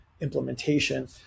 implementation